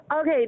Okay